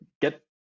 get